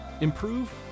Improve